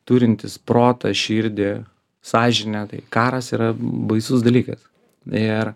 turintis protą širdį sąžinę tai karas yra baisus dalykas ir